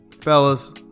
Fellas